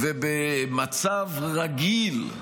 ובמצב רגיל,